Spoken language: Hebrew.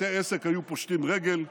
בתי עסק היו פושטים רגל,